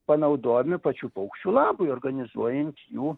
panaudojami pačių paukščių labui organizuojant jų